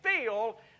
feel